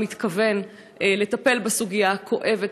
מתכוון לטפל בסוגיה הכואבת,